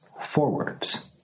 forwards